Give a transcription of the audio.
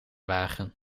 wagen